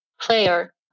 player